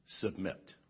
submit